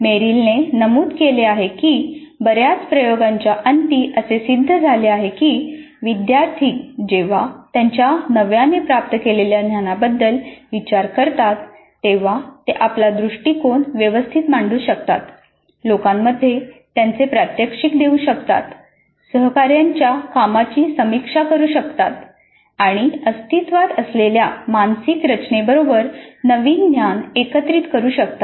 मेरीलने नमूद केले आहे की बऱ्याच प्रयोगांच्या अंती असे सिद्ध झाले आहे की विद्यार्थी जेव्हा त्यांच्या नव्याने प्राप्त केलेल्या ज्ञानाबद्दल विचार करतात तेव्हा ते आपला दृष्टिकोन व्यवस्थित मांडू शकतात लोकांमध्ये त्याचे प्रात्यक्षिक देऊ शकतात सहकार्यांच्या कामाची समीक्षा करू शकतात आणि अस्तित्वात असलेल्या मानसिक रचने बरोबर नवीन ज्ञान एकत्रित करू शकतात